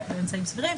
באמצעים סבירים".